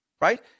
Right